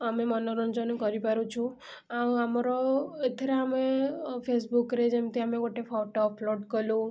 ଆମେ ମନୋରଞ୍ଜନ କରିପାରୁଛୁ ଆଉ ଆମର ଏଥିରେ ଆମେ ଫେସବୁକ୍ରେ ଯେମତି ଆମେ ଗୋଟେ ଫଟୋ ଅପଲୋଡ଼୍ କଲୁ